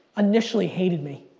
initially hated me.